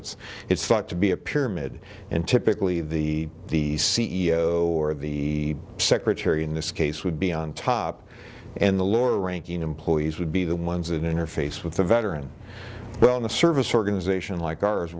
it's it's thought to be a pyramid and typically the the c e o or the secretary in this case would be on top and the lower ranking employees would be the ones that interface with the veteran well in the service organization like ours